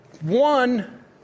One